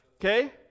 Okay